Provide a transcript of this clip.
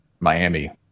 Miami